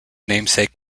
namesake